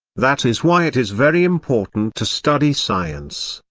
that is why it is very important to study science,